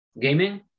gaming